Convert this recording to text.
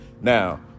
now